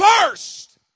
first